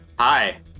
Hi